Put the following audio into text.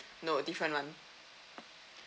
no different [one]